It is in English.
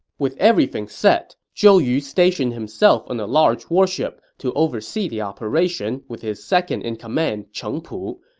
with everything set, zhou yu stationed himself on a large warship to oversee the operation with his second-in-command cheng pu,